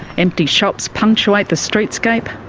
empty shops punctuate the streetscape,